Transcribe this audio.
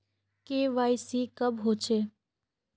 KYC कब होचे?